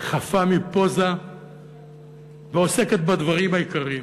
חפה מפוזה ועוסקת בדברים האחרים.